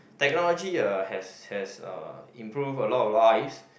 technology uh has has uh improved a lot of lives